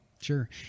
Sure